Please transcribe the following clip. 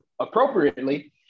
appropriately